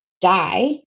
die